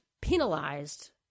penalized